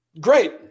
Great